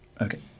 Okay